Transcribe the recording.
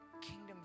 Kingdom